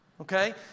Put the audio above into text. okay